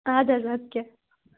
آدٕ حظ اَدٕ کیٛاہ